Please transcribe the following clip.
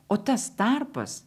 o tas tarpas